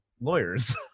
lawyers